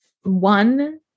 one